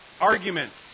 Arguments